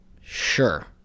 Sure